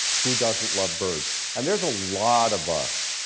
who doesn't love birds? and there's a lot of us.